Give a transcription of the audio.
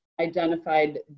identified